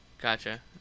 Gotcha